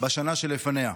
בשנה שלפניה.